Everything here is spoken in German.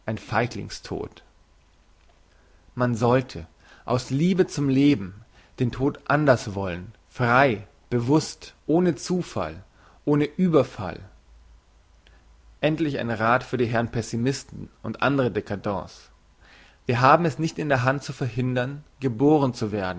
ein feiglings tod man sollte aus liebe zum leben den tod anders wollen frei bewusst ohne zufall ohne überfall endlich ein rath für die herrn pessimisten und andere dcadents wir haben es nicht in der hand zu verhindern geboren zu werden